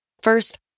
First